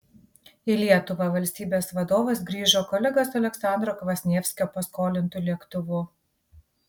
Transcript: į lietuvą valstybės vadovas grįžo kolegos aleksandro kvasnievskio paskolintu lėktuvu